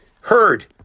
heard